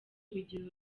bigira